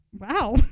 Wow